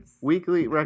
weekly